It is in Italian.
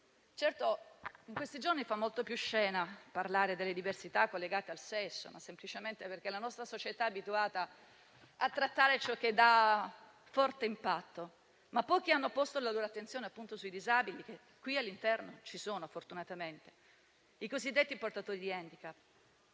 certo, in questi giorni fa molta più scena parlare delle diversità collegate al sesso, ma semplicemente perché la nostra società è abituata a trattare ciò è di forte impatto, ma pochi hanno posto la loro attenzione sui disabili, che sono fortunatamente previsti dal disegno di legge, i cosiddetti portatori di *handicap*.